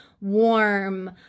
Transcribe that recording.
warm